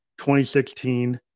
2016